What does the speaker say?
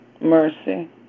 Mercy